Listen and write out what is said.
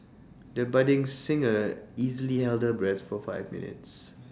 the budding singer easily held her breath for five minutes